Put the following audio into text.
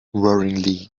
worryingly